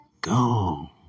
go